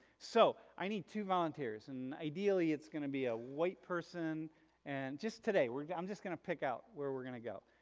so i need two volunteers and ideally it's gonna be a white person and just today we're um just gonna pick out where we're gonna go.